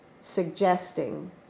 suggesting